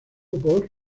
por